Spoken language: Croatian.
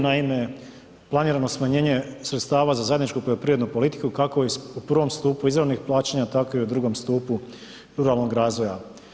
Naime, planirano smanjenje sredstava za zajedničku poljoprivrednu politiku kako u prvom stupu izravnih plaćanja tako i u drugom stupu ruralnog razvoja.